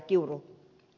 kiuru